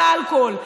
על האלכוהול,